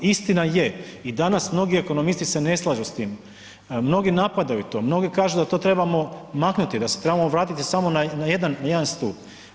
Istina je i danas mnogi ekonomisti se ne slažu s time, mnogi napadaju to, mnogi kažu da to trebamo maknuti, da se trebamo vratiti samo na jedan stup.